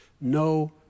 No